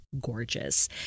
gorgeous